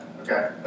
Okay